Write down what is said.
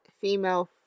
female